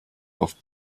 auf